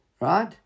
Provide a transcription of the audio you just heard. Right